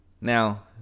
Now